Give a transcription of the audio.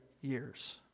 years